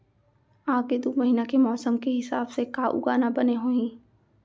आगे दू महीना के मौसम के हिसाब से का उगाना बने होही?